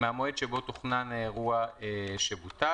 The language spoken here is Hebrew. "מהמועד שבו תוכנן האירוע שבוטל."